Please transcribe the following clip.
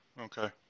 okay